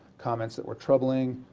comments that were troubling.